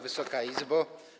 Wysoka Izbo!